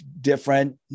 different